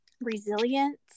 resilience